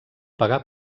pagar